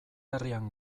herrian